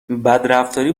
بدرفتاری